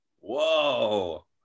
Whoa